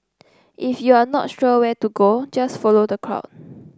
if you're not sure where to go just follow the crowd